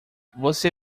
você